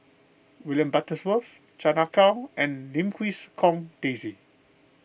William Butterworth Chan Ah Kow and Lim Quee Hong Daisy